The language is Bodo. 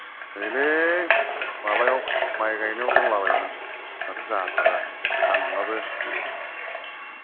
नैलै माबायाव माइ गायनायाव दंलाबामोन माथो जाथारा सान्दुंआबो